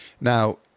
Now –